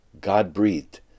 god-breathed